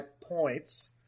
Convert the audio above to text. points